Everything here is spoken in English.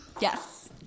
Yes